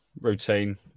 routine